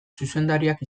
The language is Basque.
zuzendariak